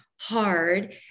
hard